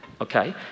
Okay